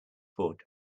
foot